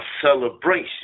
celebration